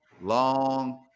long